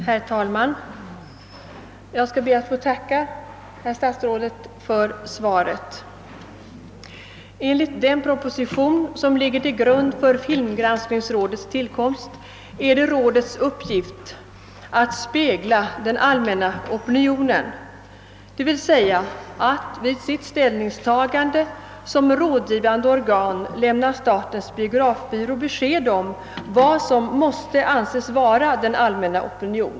Herr talman! Jag skall be att få tacka herr statsrådet för svaret. Enligt den proposition som ligger till grund för filmgranskningrådets tillkomst är det rådets uppgift att spegla den allmänna opinionen, d.v.s. att vid sitt ställningstagande som rådgivande organ lämna statens biografbyrå besked om vad som måste anses vara den allmänna opinionen.